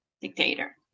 Dictator